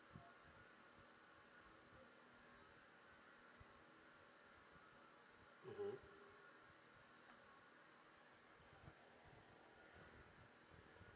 mmhmm